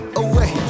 away